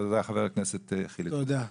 קודם כול,